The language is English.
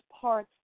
parts